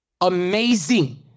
amazing